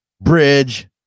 bridge